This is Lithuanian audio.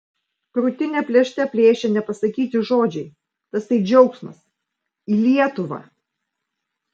krūtinę plėšte plėšė nepasakyti žodžiai tasai džiaugsmas į lietuvą